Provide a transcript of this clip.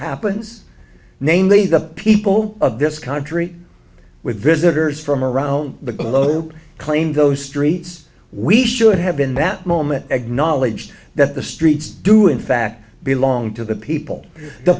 happens namely the people of this country with visitors from around the globe claim those streets we should have been that moment acknowledged that the streets do in fact belong to the people the